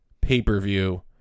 pay-per-view